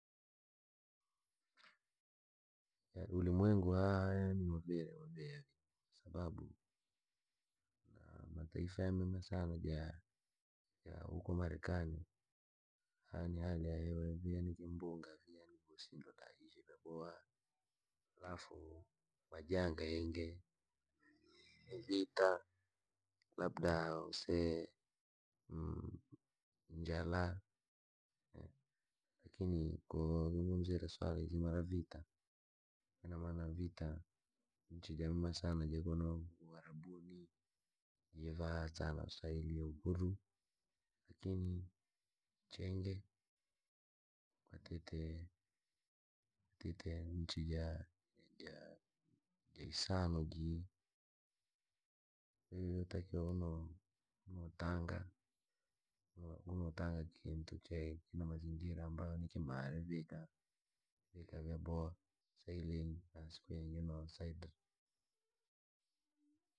Ulimwengu wa haha waviha, kwasababu na mataifa yamema sana ja uko marekani. Hali ya hewa ja hahani kivalavumba vii. Halafu majanga ujiingi ya vita labda tusee njala. Lakini koo walusikire sualazima la vita. Ina maana vita nchi jamema sana ja kunu uarabuni jivaa sana sababu ya uhuru. Lakinichenge kwatite nchi ya isano jii. Kwahiyo yootakiwa unotaanga kintu che kina mazingirz ambayi nikimare na siku yingi no saidira.